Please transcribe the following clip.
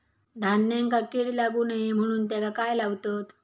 धान्यांका कीड लागू नये म्हणून त्याका काय लावतत?